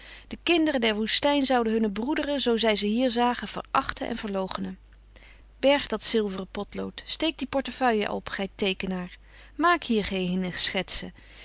de kinderen der woestijn zouden hunne broederen zoo zij ze hier zagen verachten en verloochenen berg dat zilveren potlood steek die portefeuille op gij teekenaar maak hier geene schetsen